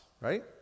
right